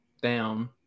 down